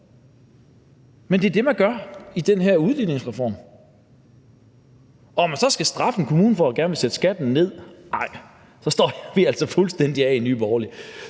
Men det er det, man gør i den her udligningsreform. Om man så skal straffe en kommune, der vil sætte skatten ned – nej, så står vi altså fuldstændig af i Nye Borgerlige.